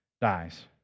dies